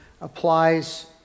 applies